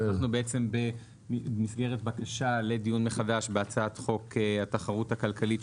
אנחנו בעצם במסגרת בקשה לדיון מחדש בהצעת חוק התחרות הכלכלית,